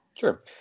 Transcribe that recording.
sure